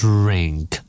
Drink